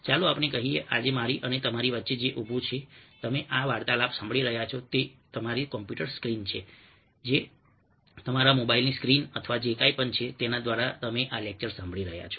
ચાલો આપણે કહીએ કે આજે મારી અને તમારી વચ્ચે જે ઉભું છે તમે આ વાર્તાલાપ સાંભળી રહ્યા છો તે તમારી કોમ્પ્યુટર સ્ક્રીન છે કે તમારા મોબાઈલની સ્ક્રીન અથવા જે કંઈ પણ છે તેના દ્વારા તમે આ લેક્ચર સાંભળી રહ્યા છો